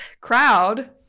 crowd